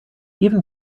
even